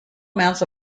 amounts